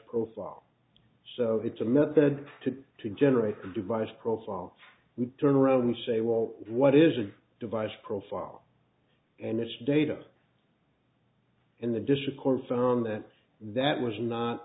profile so it's a method to to generate the device profile we turn around and say well what is a device profile and this data in the district court found that that was not